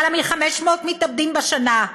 יותר מ-500 מתאבדים בשנה,